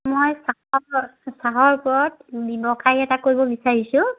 মই চাহ প চাহৰ ওপৰত ব্যৱসায় এটা কৰিব বিচাৰিছোঁ